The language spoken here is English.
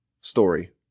story